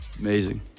Amazing